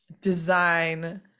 design